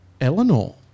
Eleanor